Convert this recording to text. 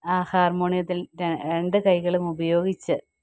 ആ ഹാർമോണിയത്തിൽ രണ്ടു കൈകളും ഉപയോഗിച്ച്